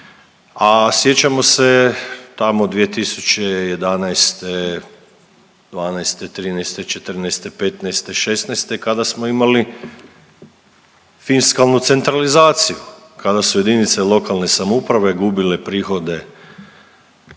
a sjećamo se tamo 2011., '12., '13., '14., '15., '16. kada smo imali fiskalnu centralizaciju, kada su jedinice lokalne samouprave gubile prihode